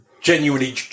genuinely